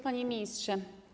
Panie Ministrze!